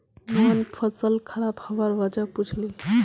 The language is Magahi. मोहन फसल खराब हबार वजह पुछले